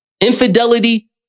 Infidelity